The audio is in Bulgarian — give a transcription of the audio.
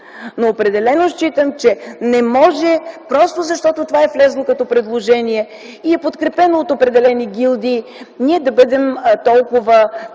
но определено считам, че не може, просто защото това е влязло като предложение и е подкрепено от определени гилдии, ние да бъдем толкова